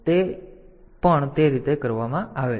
તેથી તે પણ તે રીતે કરવામાં આવે છે